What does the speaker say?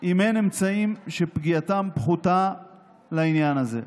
אם אין אמצעים שפגיעתם פחותה לעניין זה.